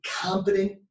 competent